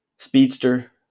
speedster